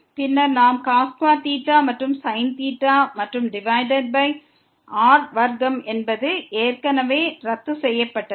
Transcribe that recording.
பின்னர் நாம் cos2 மற்றும் sin மற்றும் டிவைடட் பை r வர்க்கம் என்பது ஏற்கனவே ரத்து செய்யப்பட்டது